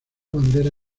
bandera